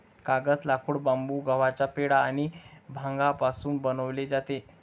कागद, लाकूड, बांबू, गव्हाचा पेंढा आणि भांगापासून बनवले जातो